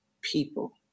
people